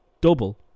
double